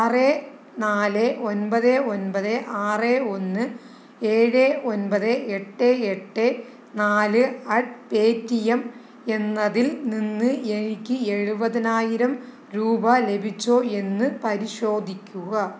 ആറ് നാല് ഒൻപത് ഒൻപത് ആറ് ഒന്ന് ഏഴ് ഒൻപത് എട്ട് എട്ട് നാല് അറ്റ് പേടിഎം എന്നതിൽ നിന്ന് എനിക്ക് എഴുപതിനായിരം രൂപ ലഭിച്ചോ എന്ന് പരിശോധിക്കുക